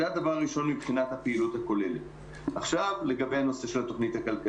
עכשיו תבינו,